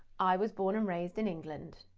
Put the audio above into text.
i was born and raised in england.